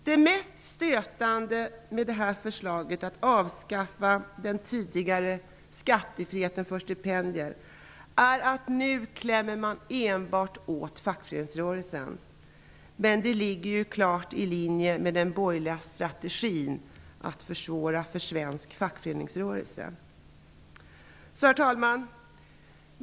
Det mest stötande med förslaget att avskaffa den tidigare skattefriheten för stipendier är att man nu enbart vill klämma åt fackföreningsrörelsen. Men att försvåra för svensk fackföreningsrörelse ligger ju helt klart i linje med den borgerliga strategin.